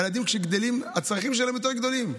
הילדים, כשהם גדלים, הצרכים שלהם יותר גדולים.